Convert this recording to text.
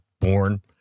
born